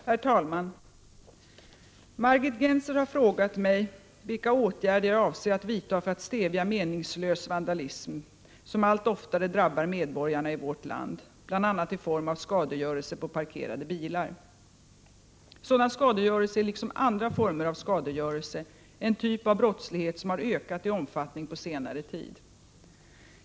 Herr talman! Margit Gennser har frågat mig vilka åtgärder jag avser att vidta för att stävja meningslös vandalism som allt oftare drabbar medborgare i vårt land, bl.a. i form av skadegörelse på parkerade bilar. Prot. 1988/89:9 Sådan skadegörelse är liksom andra former av skadegörelse en typ av 13 oktober 1988 brottslighet som har ökat i omfattning på senare tid.